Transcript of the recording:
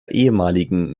ehemaligen